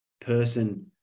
person